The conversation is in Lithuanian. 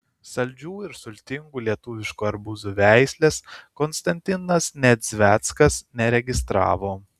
saldžių ir sultingų lietuviškų arbūzų veislės konstantinas nedzveckas neregistravo